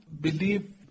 believe